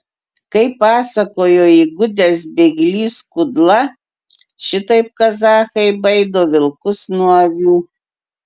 kaip pasakojo įgudęs bėglys kudla šitaip kazachai baido vilkus nuo avių